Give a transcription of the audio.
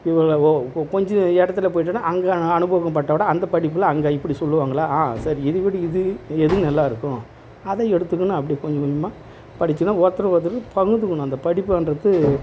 இவ்வளவு இப்போ கொஞ்சம் இடத்துல போய்ட்டோன அங்கே அனுபவம் பட்டோடன அந்த படிப்பில் அங்கே இப்படி சொல்லுவாங்களா ஆ சரி இது விட எது நல்லாயிருக்கும் அதை எடுத்துக்கணும் அப்படி கொஞ்சம் கொஞ்சமாக படித்து தான் ஒருத்தர் ஒருத்தரும் பகிர்ந்துக்கணும் அந்த படிப்புன்றது